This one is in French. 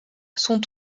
sont